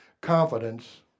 confidence